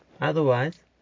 otherwise